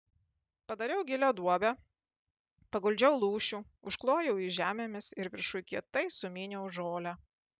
padariau gilią duobę paguldžiau lūšių užklojau jį žemėmis ir viršuj kietai sumyniau žolę